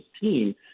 team